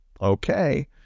okay